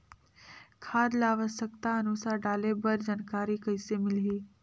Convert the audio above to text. खाद ल आवश्यकता अनुसार डाले बर जानकारी कइसे मिलही?